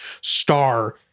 star